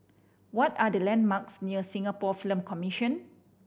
what are the landmarks near Singapore Film Commission